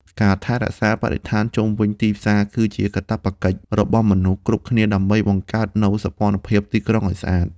ការថែរក្សាបរិស្ថានជុំវិញទីផ្សារគឺជាកាតព្វកិច្ចរបស់មនុស្សគ្រប់គ្នាដើម្បីបង្កើតនូវសោភ័ណភាពទីក្រុងឱ្យស្អាត។